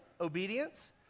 obedience